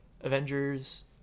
Avengers